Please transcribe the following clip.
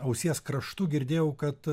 ausies kraštu girdėjau kad